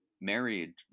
married